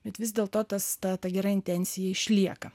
bet vis dėlto tas ta ta gera intencija išlieka